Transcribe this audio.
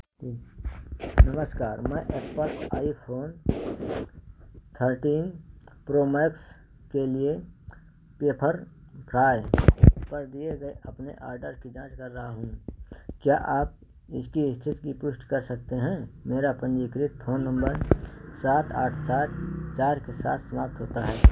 नमस्कार मैं Apple iPhone thirty Pro Max के लिए पेफरफ्राय पर दिए गए अपने आडर की जाँच कर रहा हूँ क्या आप इसकी स्थिति की पुष्टि कर सकते हैं मेरा पंजीकृत फोन नम्बर सात आठ सात चार के साथ समाप्त होता है